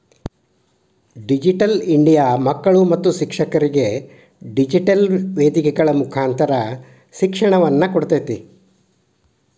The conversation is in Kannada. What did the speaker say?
ಡಿಜಿಟಲ್ ಇಂಡಿಯಾ ಮಕ್ಕಳು ಮತ್ತು ಶಿಕ್ಷಕರಿಗೆ ಡಿಜಿಟೆಲ್ ವೇದಿಕೆಗಳ ಮುಕಾಂತರ ಶಿಕ್ಷಣವನ್ನ ಕೊಡ್ತೇತಿ